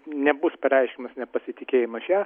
nebus pareiškiamas nepasitikėjimas šia